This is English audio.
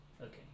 Okay